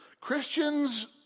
Christians